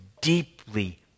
deeply